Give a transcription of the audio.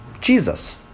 Jesus